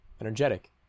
energetic